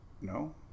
No